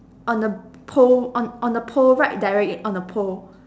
on the pole on on the pole right directly on the pole